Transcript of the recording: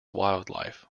wildlife